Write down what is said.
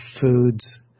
foods